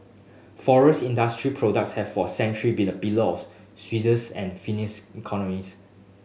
forest industry products have for century been a pillar of Swedish and Finnish economies